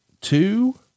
two